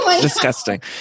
Disgusting